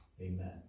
amen